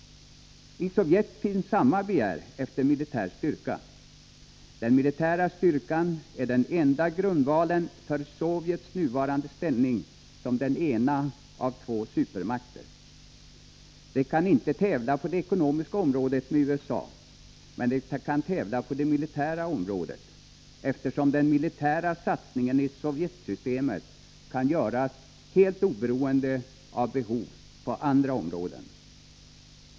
I Sovjet finns samma begär efter militär styrka. Den militära styrkan är den enda grundvalen för Sovjets nuvarande ställning som den ena av två supermakter. Sovjet kan inte tävla på det ekonomiska området med USA, men kan tävla på det militära området, eftersom den militära satsningen i Sovjetsystemet kan göras helt oberoende av behov på andra områden.